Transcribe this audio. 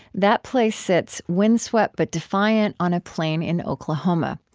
that place sits, windswept but defiant, on a plain in oklahoma,